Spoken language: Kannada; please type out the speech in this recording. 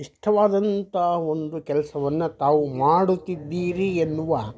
ಇಷ್ಟವಾದಂತ ಒಂದು ಕೆಲಸವನ್ನ ತಾವು ಮಾಡುತ್ತಿದ್ದೀರಿ ಎನ್ನುವ